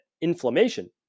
inflammation